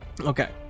Okay